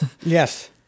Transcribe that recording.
yes